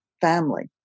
family